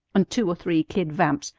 and two or three kid vamps,